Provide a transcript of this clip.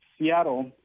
Seattle